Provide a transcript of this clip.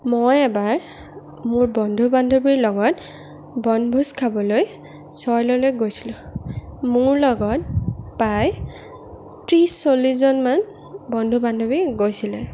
মই এবাৰ মোৰ বন্ধু বান্ধৱীৰ লগত বনভোজ খাবলৈ চইললৈ গৈছিলোঁ মোৰ লগত প্ৰায় ত্ৰিছ চল্লিছজনমান বন্ধু বান্ধৱী গৈছিলে